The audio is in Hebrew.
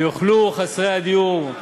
ויוכלו חסרי הדיור,